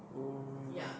oh